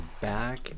back